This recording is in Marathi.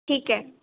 ठीक आहे